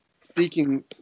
speaking